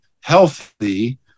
healthy